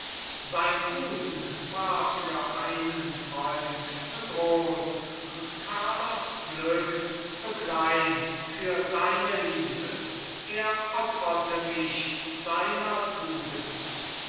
sein busen war für einen freund zu groß und carlos glück zu klein für seine liebe er opferte mich seiner tugend